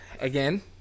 again